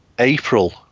April